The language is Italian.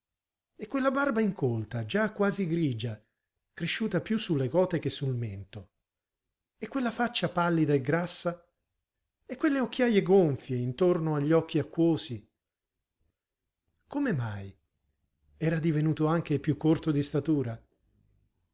e quella barba incolta già quasi grigia cresciuta più sulle gote che sul mento e quella faccia pallida e grassa e quelle occhiaje gonfie intorno agli occhi acquosi come mai era divenuto anche più corto di statura